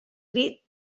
crit